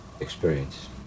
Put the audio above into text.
experience